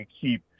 keep